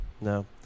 No